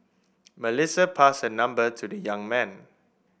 Melissa passed her number to the young man